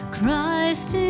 Christ